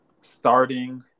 starting